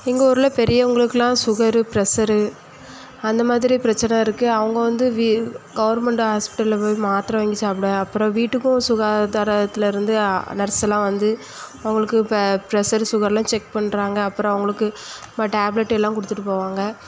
எங்கள் ஊரில் பெரியவங்களுக்குலாம் சுகரு ப்ரெஷ்ஷரு அந்தமாதிரி பிரச்சனை இருக்கு அவங்க வந்து வீ கவர்மெண்டு ஹாஸ்பிட்டலில் போய் மாத்திரை வாங்கி சாப்பிட அப்புறம் வீட்டுக்கும் சுகாதாரத்தில் இருந்து நர்ஸ் எல்லாம் வந்து அவங்களுக்கு ப ப்ரெஷ்ஷரு சுகருலாம் செக் பண்ணுறாங்க அப்புறம் அவங்களுக்கு ம டேப்லெட் எல்லாம் கொடுத்துட்டு போவாங்க